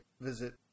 visit